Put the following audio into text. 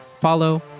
follow